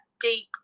deep